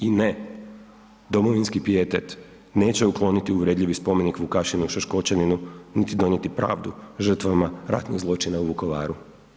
I ne, domovinski pijetet neće ukloniti uvredljivi spomenik Vukašinu Šaškoćaninu niti donijeti pravdu žrtvama ratnih zločina u Vukovaru.